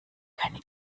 keine